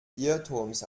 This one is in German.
irrtums